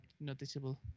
noticeable